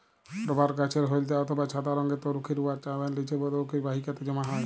রবাট গাহাচের হইলদ্যা অথবা ছাদা রংয়ের তরুখির উয়ার চামের লিচে তরুখির বাহিকাতে জ্যমা হ্যয়